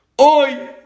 Oi